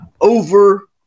over